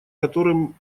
которым